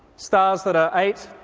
stars that are eight,